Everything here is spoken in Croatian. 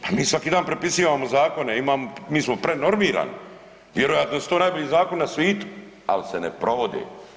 Pa mi svaki dan prepisivamo zakone, mi smo prenormirani, vjerojatno su to najbolji zakoni na svitu, ali se ne provode.